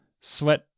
sweat